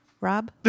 Rob